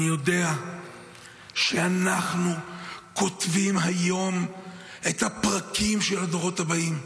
אני יודע שאנחנו כותבים היום את הפרקים של הדורות הבאים,